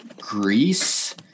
Greece